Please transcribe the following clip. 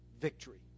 victory